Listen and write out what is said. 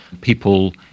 people